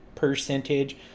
percentage